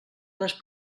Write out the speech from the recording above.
les